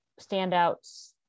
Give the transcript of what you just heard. standouts